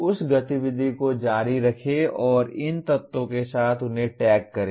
उस गतिविधि को जारी रखें और इन तत्वों के साथ उन्हें टैग करें